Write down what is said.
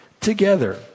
together